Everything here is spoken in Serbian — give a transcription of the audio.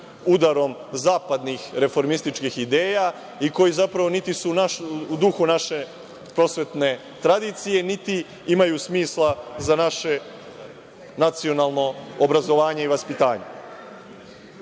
udarom zapadnih reformističkih ideja i koji zapravo niti su u duhu naše prosvetne tradicije, niti imaju smisla za naše nacionalno obrazovanje i vaspitanje. Prošli